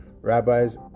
rabbis